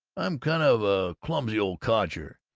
i'm kind of a clumsy old codger,